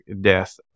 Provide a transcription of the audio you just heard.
death